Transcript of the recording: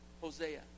Hosea